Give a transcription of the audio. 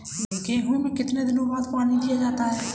गेहूँ में कितने दिनों बाद पानी दिया जाता है?